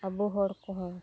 ᱟᱹᱵᱩ ᱦᱚᱲ ᱠᱚᱦᱚᱸ